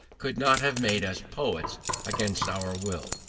could not have made us poets against our will.